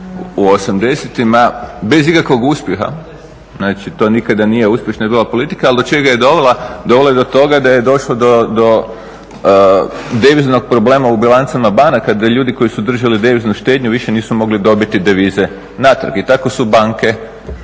U osamdesetima bez ikakvog uspjeha, znači to nikada nije uspješna bila politika, ali do čega je dovela. Dovela je do toga da je došlo do deviznog problema u bilancama banaka da ljudi koji su držali deviznu štednju više nisu mogli dobiti devize natrag i tako su banke